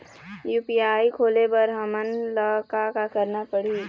UPI खोले बर हमन ला का का करना पड़ही?